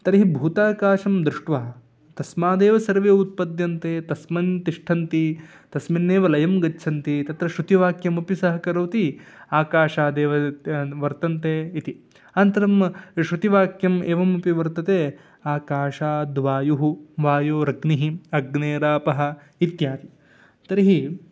तर्हि भूताकाशं दृष्ट्वा तस्मादेव सर्वे उत्पद्यन्ते तस्मिन् तिष्ठन्ति तस्मिन्नेव लयं गच्छन्ति तत्र श्रुतिवाक्यमपि सहकरोति आकाशादेव वर्तन्ते इति अनन्तरं श्रुतिवाक्यम् एवमपि वर्तते आकाशाद्वायुः वायोरग्निः अग्नेरापः इत्यादि तर्हि